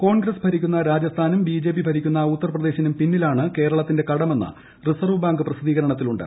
കോൺഗ്രസ് ഭരിക്കുന്ന രാജസ്ഥാനും ബിജെപി ഭരിക്കുന്ന ഉത്തർപ്രദേശിനും പിന്നിലാണ് കേരളത്തിന്റെ കടമെന്ന് റിസർവ്വ് ബാങ്ക് പ്രസിദ്ധീകരണത്തിലുണ്ട്